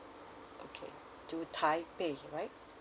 okay to taipei right